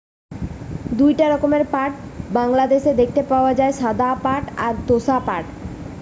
দুইটা রকমের পাট বাংলাদেশে দেখতে পাওয়া যায়, সাদা পাট আর তোষা পাট